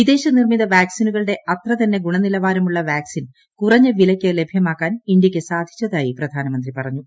വിദേശ നിർമ്മിത വാക്സിനുകളുടെ അത്രതന്നെ ഗുണനിലവാരമുള്ള വാക്സിൻ കുറഞ്ഞ വിലയ്ക്ക് ലഭ്യമാക്കാൻ ഇന്ത്യയ്ക്ക് സാധിച്ചതായി പ്രധാനമന്ത്രി പറഞ്ഞു